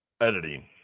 editing